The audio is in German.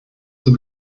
zur